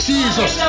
Jesus